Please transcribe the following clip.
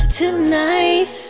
tonight